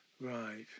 Right